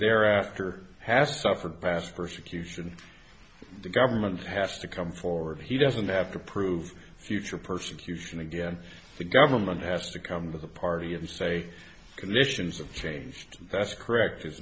thereafter has suffered past persecution the government has to come forward he doesn't have to prove future persecution again the government has to come to the party and say commissions have changed that's correct